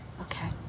Okay